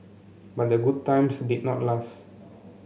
but the good times did not last